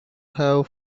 have